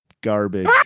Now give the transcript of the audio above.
Garbage